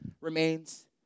remains